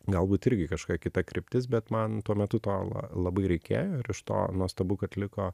galbūt irgi kažkokia kita kryptis bet man tuo metu to la labai reikėjo ir iš to nuostabu kad liko